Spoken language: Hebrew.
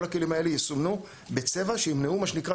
כל הכלים האלה יסומנו בצבע שימנעו מה שנקרא